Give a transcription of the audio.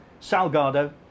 Salgado